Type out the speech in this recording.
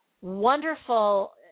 wonderful